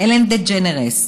אלן דג'נרס,